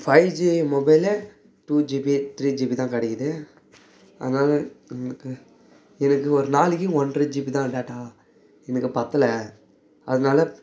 five G மொபைலே two GB three GB தான் கிடைக்கிது அதாவது எங்களுக்கு எனக்கு ஒரு நாளைக்கு ஒன்றரை ஜிபி தான் டேட்டா எனக்கு பத்தலை அதனால